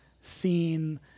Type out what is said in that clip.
scene